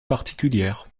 particulières